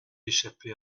échappée